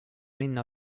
minna